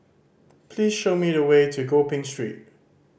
please show me the way to Gopeng Street